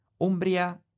Umbria